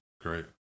Great